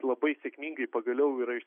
labai sėkmingai pagaliau yra